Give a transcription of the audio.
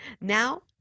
Now